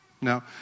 Now